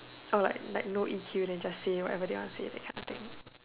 oh like like no E_Q then just say whatever they want to say that kind of thing